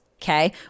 Okay